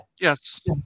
Yes